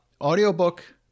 audiobook